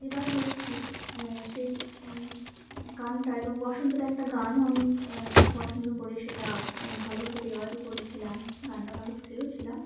এবার হয়েছে কী সেই গানটা এবং বসন্তর একটা গানও আমি পছন্দ করে সেটা ভালোভাবে রেওয়াজও করেছিলাম গানটা ভালো তুলেও ছিলাম